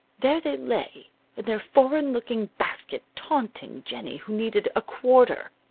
there they lay, in their foreign-looking basket, taunting jennie who needed a quarter.